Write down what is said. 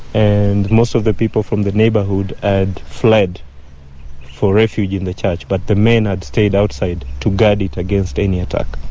and most of the people from the neighbourhood had fled for refuge in the church. but the men had stayed outside to guard it against any attack.